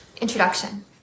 Introduction